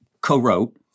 co-wrote